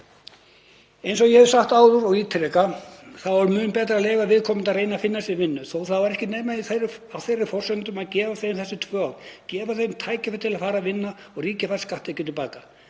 Eins og ég hef sagt áður og ítreka er mun betra að leyfa viðkomandi að reyna að finna sér vinnu þó að það væri ekki nema á þeirra forsendum og gefa þeim þessi tvö ár, gefa þeim tækifæri til að fara að vinna og ríkið fær skatttekjur til baka.